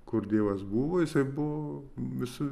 kur dievas buvo jisai buvo visur